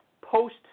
post